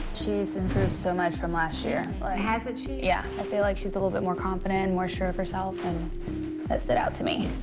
she's improved so much from last year, like and but hasn't she? yeah. i feel like she's a little bit more confident and more sure of herself and that stood out to me.